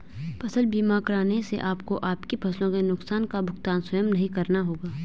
फसल बीमा कराने से आपको आपकी फसलों के नुकसान का भुगतान स्वयं नहीं करना होगा